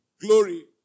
glory